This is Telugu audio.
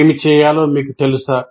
ఏమి చేయాలో మీకు తెలుసా